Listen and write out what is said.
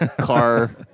car